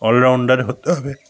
allrounder হতে হবে